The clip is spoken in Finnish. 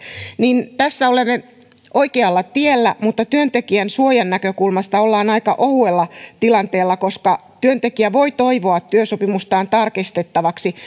niin tässä olemme oikealla tiellä mutta työntekijän suojan näkökulmasta ollaan aika ohuella tilanteella koska työntekijä voi toivoa työsopimustaan tarkistettavaksi